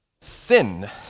Sin